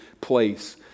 place